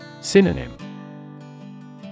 Synonym